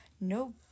no